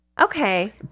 Okay